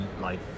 life